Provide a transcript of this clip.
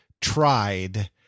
tried